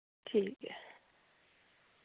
ठीक ऐ